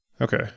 Okay